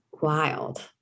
wild